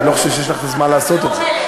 אני לא חושב שיש לך זמן לעשות את זה.